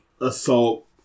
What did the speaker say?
assault